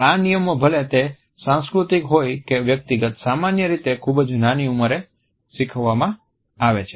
આ નિયમો ભલે તે સાંસ્કૃતિક હોય કે વ્યક્તિગત સામાન્ય રીતે ખૂબ જ નાની ઉંમરે શીખવામાં આવે છે